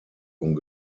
und